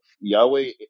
Yahweh